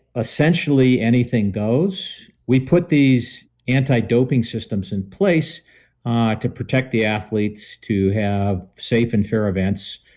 essentially anything goes. we put these anti-doping systems in place ah to protect the athletes to have safe and fair events.